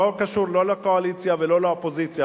לא קשור לא לקואליציה ולא לאופוזיציה,